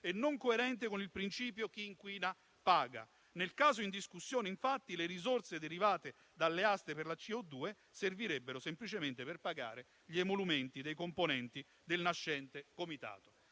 e non coerente con il principio che chi inquina paga. Nel caso in discussione, infatti, le risorse derivate dalle aste per la CO2 servirebbero semplicemente per pagare gli emolumenti dei componenti del nascente comitato.